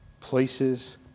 places